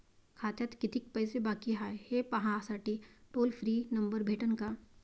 खात्यात कितीकं पैसे बाकी हाय, हे पाहासाठी टोल फ्री नंबर भेटन का?